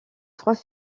trois